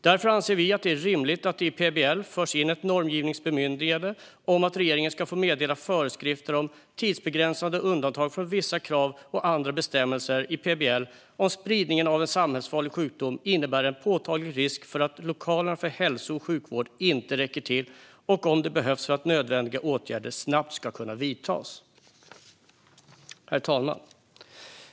Därför anser vi att det är rimligt att det i PBL förs in ett normgivningsbemyndigande om att regeringen ska få meddela föreskrifter om tidsbegränsade undantag från vissa krav och andra bestämmelser i PBL om spridningen av en samhällsfarlig sjukdom innebär en påtaglig risk för att lokalerna för hälso och sjukvård inte räcker till och om det behövs för att nödvändiga åtgärder snabbt ska kunna vidtas. Herr talman!